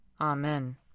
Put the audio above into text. Amen